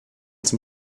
zum